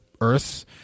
earth